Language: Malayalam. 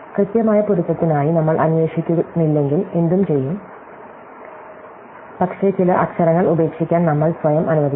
കൃത്യമായ പൊരുത്തത്തിനായി നമ്മൾ അന്വേഷിക്കുന്നില്ലെങ്കിൽ എന്തുചെയ്യും പക്ഷേ ചില അക്ഷരങ്ങൾ ഉപേക്ഷിക്കാൻ നമ്മള് സ്വയം അനുവദിക്കുന്നു